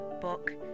book